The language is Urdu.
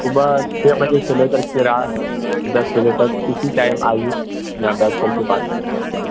صبح چھ بجے سے لے کر کے رات دس بجے تک کسی ٹائم آئیے یہاں بیٹھ کر کے بات کر سکتے ہیں